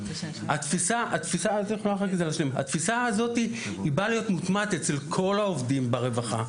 התפיסה הזאת באה להיות מוטמעת אצל כל העובדים ברווחה.